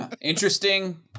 interesting